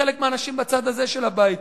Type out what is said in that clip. חלק מהאנשים בצד הזה של הבית,